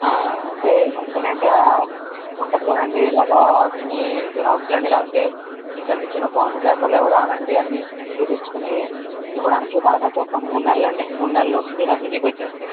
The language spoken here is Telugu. అంటే వెంటనే అంటే ఉంటుంది కదండీ ఇలాగా మీ జిరాక్స్లు అన్నీ లేకపోతే మీరు కట్టించుకున్న బాండ్ పేపర్లు ఇవ్వడం అలాంటివన్నీ కుదుర్చుకుని ఇవ్వడానికి దాదాపు ఒక మూడు నెలలండి మూడు నెలలలోపు మీ డబ్బులు మీకు వచ్చేస్తాయి